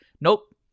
nope